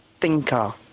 thinker